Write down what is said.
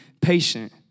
patient